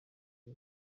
ibi